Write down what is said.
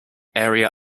area